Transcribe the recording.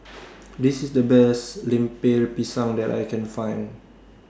This IS The Best Lemper Pisang that I Can Find